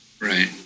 Right